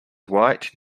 white